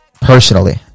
personally